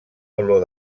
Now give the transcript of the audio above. olor